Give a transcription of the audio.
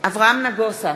אברהם נגוסה,